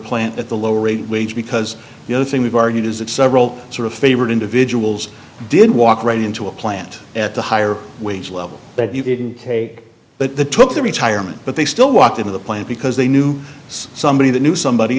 plant at the lower rate wage because the other thing we've argued is that several sort of favored individuals did walk right into a plant at the higher wage level but you didn't take but the took their retirement but they still walked into the plant because they knew somebody that knew somebody